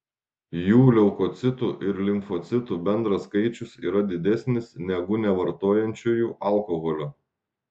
jų leukocitų ir limfocitų bendras skaičius yra didesnis negu nevartojančiųjų alkoholio